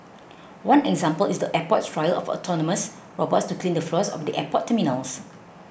one example is the airport's trial of autonomous robots to clean the floors of the airport terminals